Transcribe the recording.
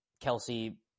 Kelsey